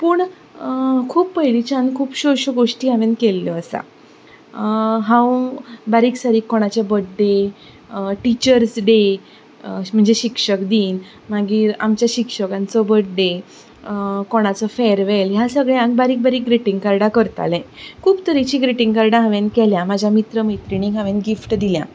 पूण खूब पयलींच्यान खुबश्यो अश्यो गोष्टी हांवेन केल्ल्यो आसा हांव बारीक सारीक कोणाचे बर्थडे टिचर्स डे म्हणचे शिक्षक दीन मागीर आमचे शिक्षकांचो बर्थडे कोणाचो फेरवॅल ह्या सगळ्यांक बारीक सारीक ग्रीटिंगा करतालें खूब तरेचीं ग्रीटिंग कार्डां हांवें केल्यां म्हाजे मीत्र मैत्रिणीक हांवें गिफ्ट दिल्यां